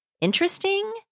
interesting